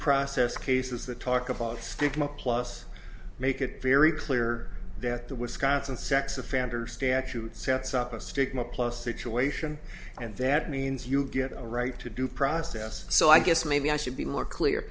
process cases that talk about stigma plus make it very clear that the wisconsin sex offender statute sets up a stigma plus situation and that means you get a right to due process so i guess maybe i should be more clear